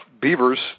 Beavers